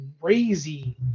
crazy